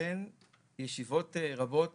לכן בישיבות רבות